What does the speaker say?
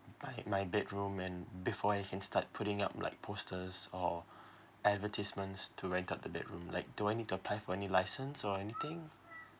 my my bedroom and before I can start putting up like posters or advertisements to rent out the bedroom like do I need to apply for any license or anything